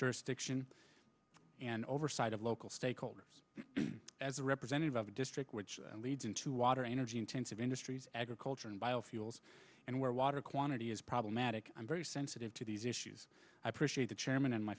jurisdiction and oversight of local stakeholders as a representative of a district which leads into water energy intensive industries agriculture and biofuels and where water quantity is problematic i'm very sensitive to these issues i appreciate the chairman and my